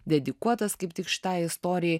dedikuotas kaip tik šitai istorijai